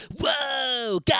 whoa